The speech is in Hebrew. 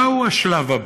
מהו השלב הבא?